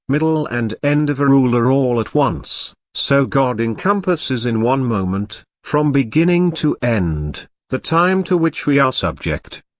middle and end of a ruler all at once, so god encompasses in one moment, from beginning to end, the time to which we are subject.